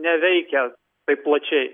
neveikia taip plačiai